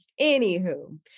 Anywho